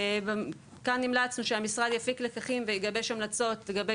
כאן המלצנו שהמשרד יפיק לקחים ויגבש המלצות לגבי